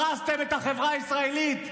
הרסתם את החברה הישראלית.